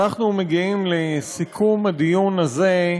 אנחנו מגיעים לסיכום הדיון הזה.